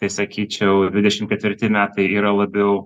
tai sakyčiau dvidešim ketvirti metai yra labiau